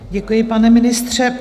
Děkuji, pane ministře.